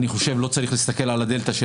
ואני חושב לא צריך להסתכל על הדלתא של